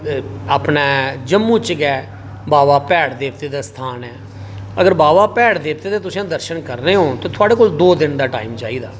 अपने जम्मू च गै बाबा भैड़ देवते दा बी स्थान ऐ अगर बाबा भैड़ देवते दे स्थान उप्पर दर्शन करने होन तां थुआढ़े कोल दौं दिन दे टाइम चाहिदा